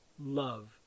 love